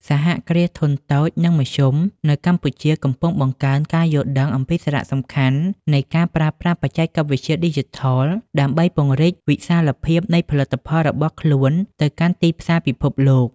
សហគ្រាសធុនតូច និងមធ្យមនៅកម្ពុជាកំពុងបង្កើនការយល់ដឹងអំពីសារៈសំខាន់នៃការប្រើប្រាស់បច្ចេកវិទ្យាឌីជីថលដើម្បីពង្រីកវិសាលភាពនៃផលិតផលរបស់ខ្លួនទៅកាន់ទីផ្សារពិភពលោក។